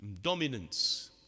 dominance